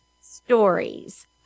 stories